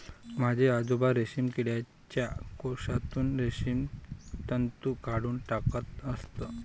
माझे आजोबा रेशीम किडीच्या कोशातून रेशीम तंतू काढून टाकत असत